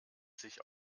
sich